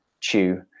Chew